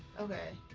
okay.